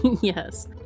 Yes